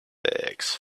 bags